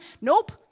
Nope